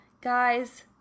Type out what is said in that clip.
Guys